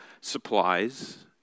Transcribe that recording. supplies